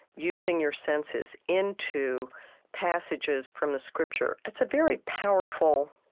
using your senses, into passages from the scripture. it's a very powerful